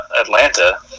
Atlanta